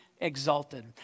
exalted